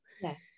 Yes